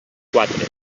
quatre